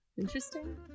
interesting